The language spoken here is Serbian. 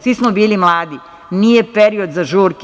Svi smo bili mladi, nije period za žurke.